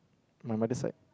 my mother side